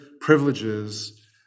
privileges